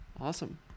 awesome